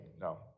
No